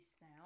now